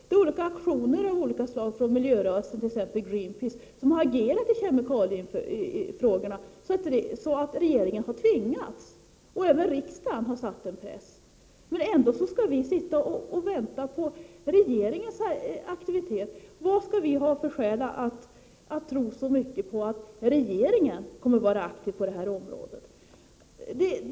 Det är olika aktioner från miljörörelsen, t.ex. Greenpeace, som har tvingat regeringen att agera i kemikaliefrågan — och även riksdagen har satt press på regeringen. Ändå skall vi sitta här och vänta på regeringens initiativ! Vad skulle vi ha för skäl att tro på att regeringen kommer att vara särskilt aktiv på det här området?